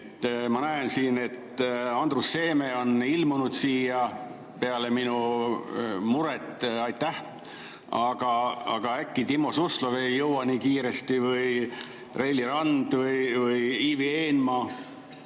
Ma näen, et Andrus Seeme on ilmunud siia peale minu mure[küsimust]. Äkki Timo Suslov ei jõua nii kiiresti või Reili Rand või Ivi Eenmaa.